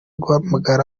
guhamagara